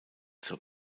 zur